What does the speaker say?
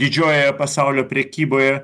didžiojoje pasaulio prekyboje